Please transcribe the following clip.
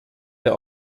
der